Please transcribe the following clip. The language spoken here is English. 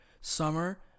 summer